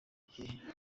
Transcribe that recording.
hehe